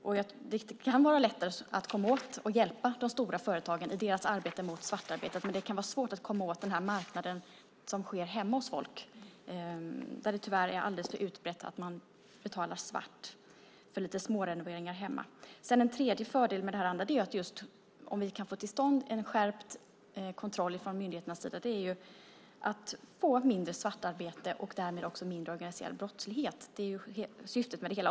Det kan vara lättare att hjälpa de stora företagen i deras arbete mot svartarbetet. Men det kan vara svårt att komma åt den svarta marknaden med arbete som utförs hemma hos folk, där det tyvärr är alldeles för utbrett att man betalar svart för lite smårenoveringar. En tredje fördel om vi kan få till stånd en skärpt kontroll från myndigheternas sida är att vi kan få mindre svartarbete och därmed också mindre organiserad brottslighet. Det är ju syftet med det hela.